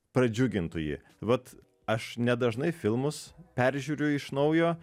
pradžiugintų ji vat aš nedažnai filmus peržiūriu iš naujo